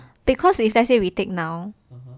because if let's say we take now